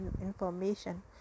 information